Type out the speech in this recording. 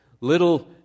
Little